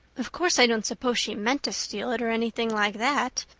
of course, i don't suppose she meant to steal it or anything like that.